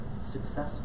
successful